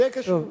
תהיה קשוב.